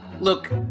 Look